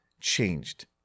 changed